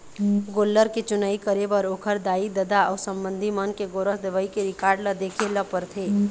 गोल्लर के चुनई करे बर ओखर दाई, ददा अउ संबंधी मन के गोरस देवई के रिकार्ड ल देखे ल परथे